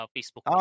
Facebook